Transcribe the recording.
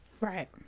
Right